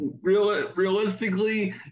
Realistically